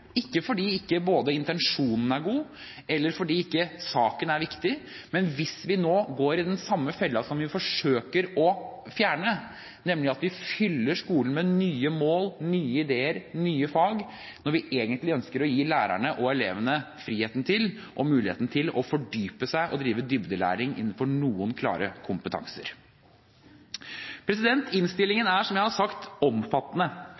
ikke fordi ikke intensjonen er god eller fordi ikke saken er viktig, men for ikke å gå i den samme fellen som vi forsøker å fjerne, nemlig at vi fyller skolen med nye mål, nye ideer, nye fag, når vi egentlig ønsker å gi lærerne og elevene friheten og muligheten til å fordype seg og drive dybdelæring innenfor noen klare kompetanser. Innstillingen er, som jeg har sagt, omfattende.